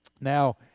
Now